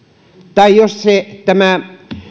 tai jos tämä